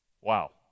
wow